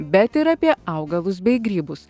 bet ir apie augalus bei grybus